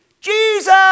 Jesus